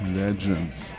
legends